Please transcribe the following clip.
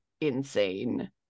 insane